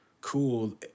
cool